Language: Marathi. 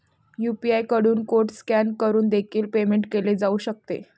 यू.पी.आय कडून कोड स्कॅन करून देखील पेमेंट केले जाऊ शकते